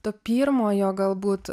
to pirmojo galbūt